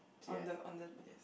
on the on the